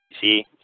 see